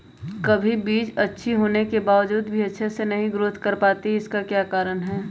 कभी बीज अच्छी होने के बावजूद भी अच्छे से नहीं ग्रोथ कर पाती इसका क्या कारण है?